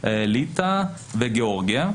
ליטא וגיאורגיה.